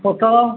ପୋଟଳ